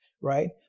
right